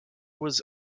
was